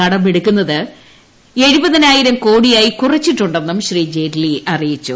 കട്ടമെടുക്കുന്നത് എഴുപതിനായിരം കോടിയായി കുറച്ചിട്ടു ് ന്നൂം ശ്രീ ജെയ്റ്റ്ലി അറിയിച്ചു